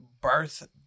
birth